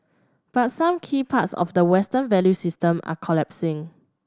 but some key parts of the Western value system are collapsing